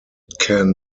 can